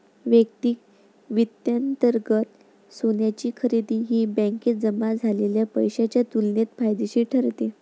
वैयक्तिक वित्तांतर्गत सोन्याची खरेदी ही बँकेत जमा झालेल्या पैशाच्या तुलनेत फायदेशीर ठरते